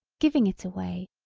giving it away.